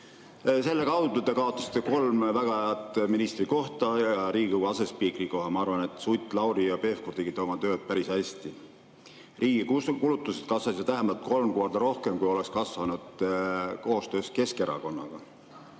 Selle kaudu te kaotasite kolm väga head ministrikohta ja Riigikogu asespiikri koha. Ma arvan, et Sutt, Lauri ja Pevkur tegid oma tööd päris hästi. Riigi kulutused kasvasid vähemalt kolm korda rohkem, kui oleks kasvanud koostöös Keskerakonnaga.